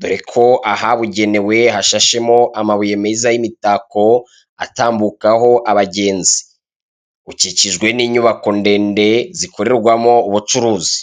dore ko ahabugenewe hashashemo amabuye meza y'imitako atambukaho abagenzi. Ukikijwe n'inyubako ndende zikorerwamo ubucuruzi.